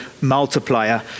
multiplier